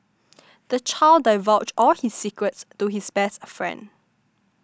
the child divulged all his secrets to his best friend